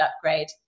upgrade